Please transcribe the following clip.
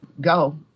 go